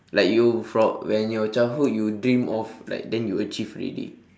like you from when your childhood you dream of like then you achieve already